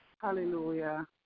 Hallelujah